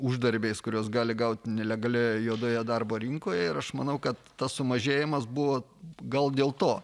uždarbiais kuriuos gali gauti nelegalioje juodoje darbo rinkoje ir aš manau kad tas sumažėjimas buvo gal dėl to